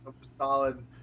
solid